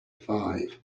five